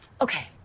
Okay